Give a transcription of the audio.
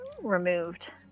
removed